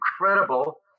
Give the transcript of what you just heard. incredible